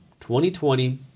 2020